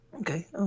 Okay